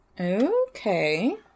Okay